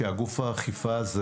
שגוף האכיפה הזה